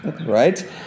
right